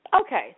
Okay